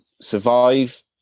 survive